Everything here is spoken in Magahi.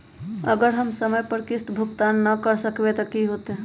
अगर हम समय पर किस्त भुकतान न कर सकवै त की होतै?